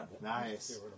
nice